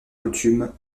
coutume